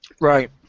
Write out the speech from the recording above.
Right